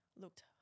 looked